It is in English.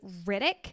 Riddick